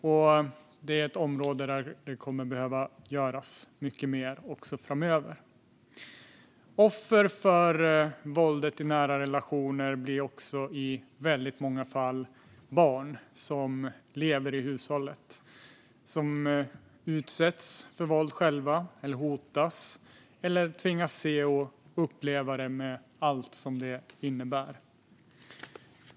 Mycket mer kommer att behöva göras på området också framöver. Offer för våldet i nära relationer blir i väldigt många fall barn som lever i hushållet. De utsätts själva för våld, hotas eller tvingas se och uppleva det med allt som det innebär.